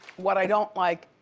what i don't like